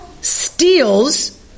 steals